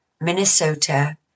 Minnesota